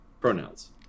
pronouns